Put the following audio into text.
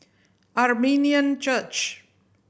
Armenian Church